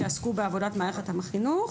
שעסקו בעבודת מערכת החינוך,